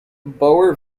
bauer